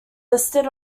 listed